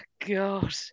God